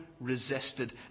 resisted